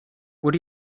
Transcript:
what